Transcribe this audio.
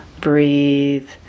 breathe